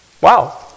Wow